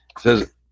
says